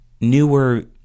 newer